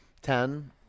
Ten